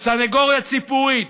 סנגוריה ציבורית,